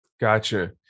Gotcha